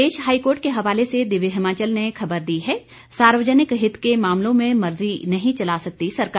प्रदेश high court के हवाले से दिव्य हिमाचल ने खबर दी है सार्वजनिक हित के मामलों में मर्जी नहीं चला सकती सरकार